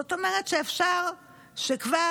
זאת אומרת שאפשר שכבר,